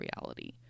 reality